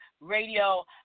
radio